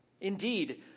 Indeed